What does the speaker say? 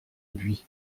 buis